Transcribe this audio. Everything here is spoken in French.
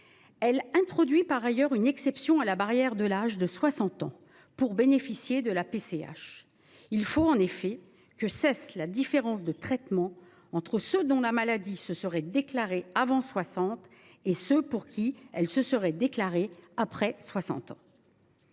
Elle introduit par ailleurs une exception à la barrière d’âge de 60 ans pour bénéficier de la PCH. Il faut en effet que cesse la différence de traitement entre ceux dont la maladie se serait déclarée avant 60 ans et les autres. Il s’agit là d’une